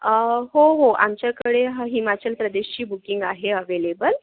अं हो हो आमच्याकडे हा हिमाचल प्रदेशची बूकिंग आहे अवेलेबल